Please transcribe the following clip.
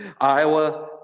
Iowa